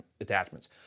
attachments